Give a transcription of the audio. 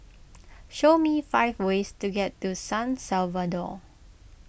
show me five ways to get to San Salvador